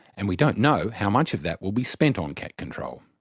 and we don't know how much of that will be spent on cat control.